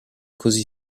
così